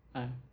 ah